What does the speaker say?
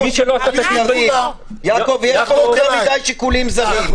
יעקב, יש פה יותר מדי שיקולים זרים.